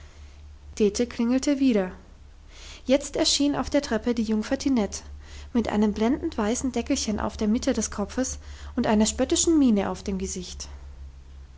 dete klingelte wieder jetzt erschien auf der treppe die jungfer tinette mit einem blendend weißen deckelchen auf der mitte des kopfes und einer spöttischen miene auf dem gesicht